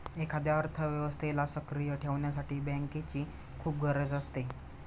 एखाद्या अर्थव्यवस्थेला सक्रिय ठेवण्यासाठी बँकेची खूप गरज असते